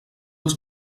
els